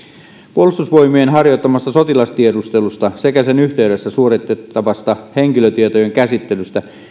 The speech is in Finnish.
puolustusvoimien harjoittamasta sotilastiedustelusta sekä sen yhteydessä suoritettavasta henkilötietojen käsittelystä